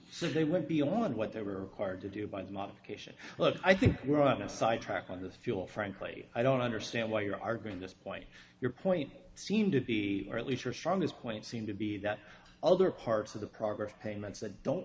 so they went beyond what they were required to do by the modification but i think we're on a side track on the fuel frankly i don't understand why you're arguing this point your point seemed to be or at least your strongest point seem to be that other parts of the program payments that don't